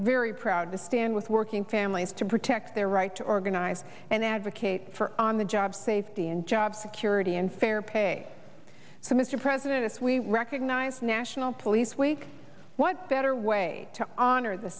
very proud to stand with working families to protect their right to organize and advocate for on the job safety and job security and fair pay so mr president if we recognize national police week what better way to honor the